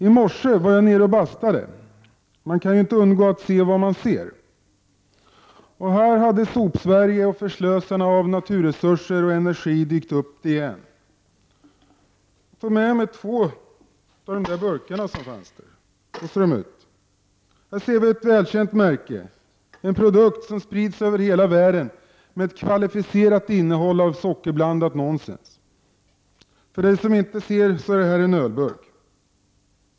I morse var jag nere och bastade, och man kan ju inte undgå att se vad man ser. Här hade Sopsverige och slösarna av naturresurser och energi dykt upp igen. Jag har tagit med mig hit dessa två burkar. Här ser vi ett välkänt märke. Det är en produkt som sprids över hela världen och som innehåller kvalificerat sockerblandat nonsens. Den här andra burken är en ölburk.